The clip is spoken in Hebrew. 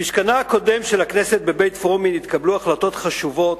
במשכנה הקודם של הכנסת בבית-פרומין התקבלו החלטות חשובות